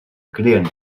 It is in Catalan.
creen